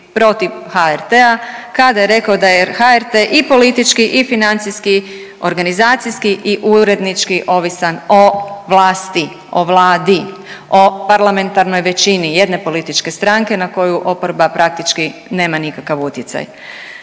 protiv HRT-a kada je rekao da je HRT i politički i financijski, organizacijski i urednički ovisan o vlasti, o vladi, o parlamentarnoj većini jedne političke stranke na koju oporba praktički nema nikakav utjecaj.